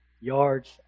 yards